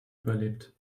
überlebt